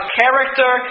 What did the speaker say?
character